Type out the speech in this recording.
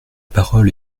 parole